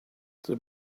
the